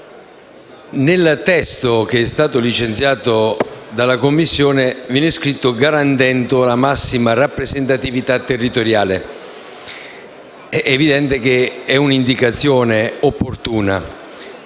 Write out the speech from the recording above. Nel testo licenziato dalla Commissione è scritto: «garantendo la massima rappresentatività territoriale». È evidente che si tratta di un'indicazione opportuna.